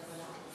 אה,